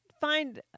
find